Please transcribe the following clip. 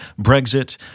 Brexit